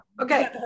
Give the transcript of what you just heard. Okay